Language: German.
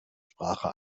sprache